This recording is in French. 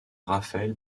rafael